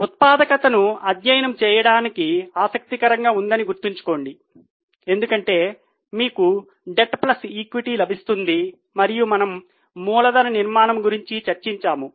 ఉత్పాదకతను అధ్యయనం చేయడం ఆసక్తికరంగా ఉందని గుర్తుంచుకోండి ఎందుకంటే మీకు డెట్ ప్లస్ ఈక్విటీ లభిస్తుంది మరియు మనము మూలధన నిర్మాణం గురించి చర్చించాము